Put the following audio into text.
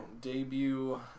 Debut